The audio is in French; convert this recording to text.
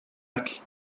acquis